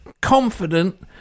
Confident